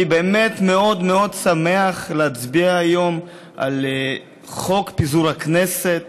אני באמת מאוד שמח להצביע היום על חוק פיזור הכנסת